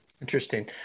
Interesting